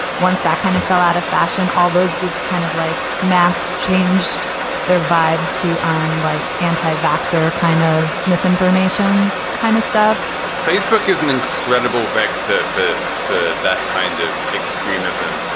once that kind of fell out of fashion, all those groups kind of like mass, changed their vibe to um like anti voxer kind of misinformation kind of stuff facebook is an incredible vector for for that kind of extremism,